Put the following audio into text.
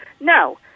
No